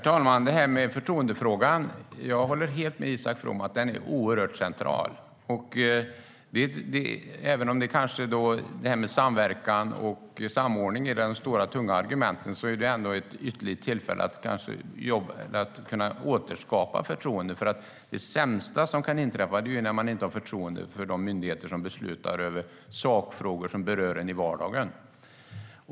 Herr talman! Jag håller helt med Isak From att förtroendefrågan är central. Även om detta med samverkan och samordning är de tunga argumenten är det ändå ett ypperligt tillfälle att återskapa förtroendet. Det sämsta som kan inträffa är ju att man inte har förtroende för de myndigheter som beslutar i sakfrågor som berör en i vardagen.